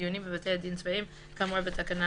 לדיונים בבתי הדין הצבאיים כאמור בתקנה